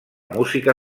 música